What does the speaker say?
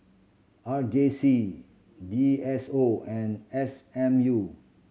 R J C D S O and S M U